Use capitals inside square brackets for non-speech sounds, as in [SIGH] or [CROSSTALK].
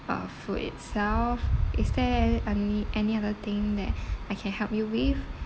uh food itself is there any any other thing that [BREATH] I can help you with